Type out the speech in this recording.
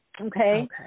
Okay